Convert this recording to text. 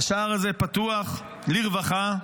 השער הזה פתוח לרווחה,